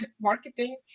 marketing